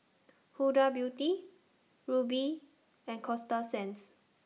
Huda Beauty Rubi and Coasta Sands